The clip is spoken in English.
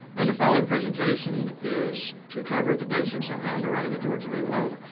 and the following presentation is to cover the basics of and underwriting a georgia dream loan.